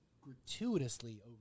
gratuitously